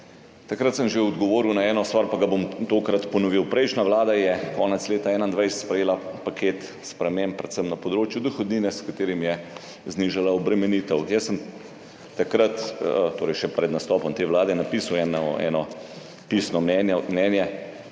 Takrat sem že odgovoril na eno stvar, pa bom tokrat ponovil. Prejšnja vlada je konec leta 2021 sprejela paket sprememb, predvsem na področju dohodnine, s katerim je znižala obremenitev. Jaz sem takrat, torej še pred nastopom te vlade, napisal pisno mnenje